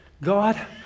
God